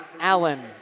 Allen